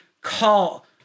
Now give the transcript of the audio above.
call